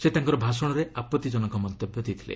ସେ ତାଙ୍କର ଭାଷଣରେ ଆପଭିଜନକ ମନ୍ତବ୍ୟ ଦେଇଥିଲେ